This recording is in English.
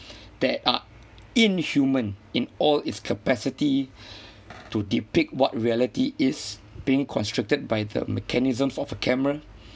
that are inhuman in all its capacity to depict what reality is being constructed by the mechanisms of a camera